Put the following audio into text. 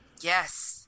Yes